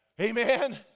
Amen